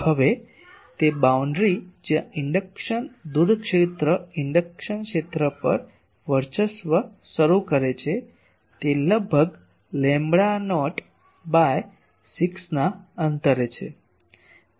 હવે તે બાઉન્ડ્રી જ્યાં ઇન્ડક્શન દૂર ક્ષેત્ર ઇન્ડક્શન ક્ષેત્ર પર વર્ચસ્વ શરૂ કરે છે તે લગભગ લેમ્બડા નોટ બાય 6 ના અંતરે છે